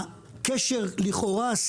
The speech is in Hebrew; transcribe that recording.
הקשר לכאורה,